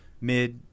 mid